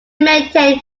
maintain